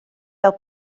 fel